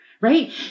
Right